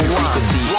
frequency